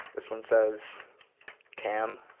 this one says cam,